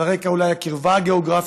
אולי על רקע הקרבה הגיאוגרפית,